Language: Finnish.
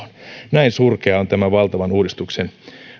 näin surkeaa on tämän valtavan uudistuksen